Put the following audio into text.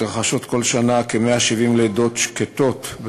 מתרחשות כל שנה כ-170 לידות שקטות,